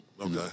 Okay